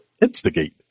instigate